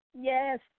Yes